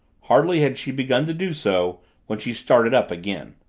hardly had she begun to do so when she started up again.